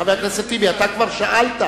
חבר הכנסת טיבי, אתה כבר שאלת.